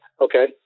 Okay